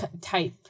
type